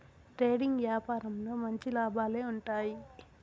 trading యాపారంలో మంచి లాభాలే ఉంటాయి